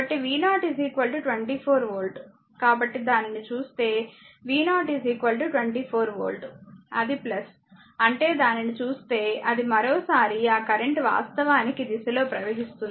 కాబట్టి దానిని చూస్తే v0 24 వోల్ట్ అది అంటే దానిని చూస్తే అది మరోసారి ఆ కరెంట్ వాస్తవానికి ఈ దిశలో ప్రవహిస్తుంది